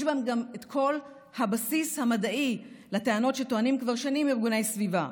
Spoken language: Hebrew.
יש בהם גם את כל הבסיס המדעי לטענות שטוענים כבר שנים ארגוני סביבה,